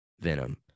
Venom